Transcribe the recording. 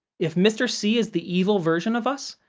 if mr. c is the evil version of us,